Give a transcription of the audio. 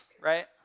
right